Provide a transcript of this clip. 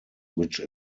which